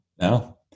No